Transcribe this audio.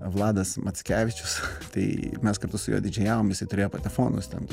vladas mackevičius tai mes kartu su juo didžėjavom jisai turėjo patefoną jis ten